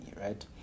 right